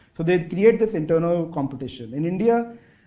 so they create this internal competition. in india,